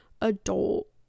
adult